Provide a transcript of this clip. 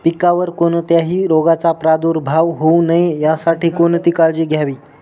पिकावर कोणत्याही रोगाचा प्रादुर्भाव होऊ नये यासाठी कोणती काळजी घ्यावी?